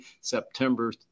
September